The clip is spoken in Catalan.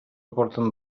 porten